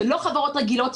אלה לא חברות רגילות,